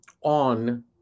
on